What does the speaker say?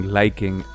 liking